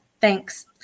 Thanks